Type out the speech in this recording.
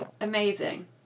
amazing